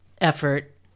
effort